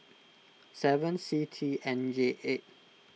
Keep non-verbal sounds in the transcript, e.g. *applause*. *noise* seven C T N J eight